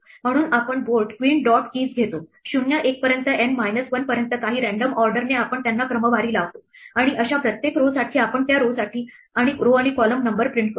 म्हणून आपण board queen dot keys घेतो 0 1 पर्यंत N minus 1 पर्यंत काही रँडम ऑर्डर ने आपण त्यांना क्रमवारी लावतो आणि अशा प्रत्येक rowसाठी आपण त्या row साठी row आणि column नंबर प्रिंट करतो